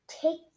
Take